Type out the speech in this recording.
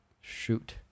Shoot